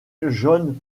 john